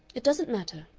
it doesn't matter,